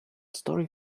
story